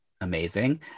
amazing